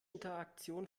interaktion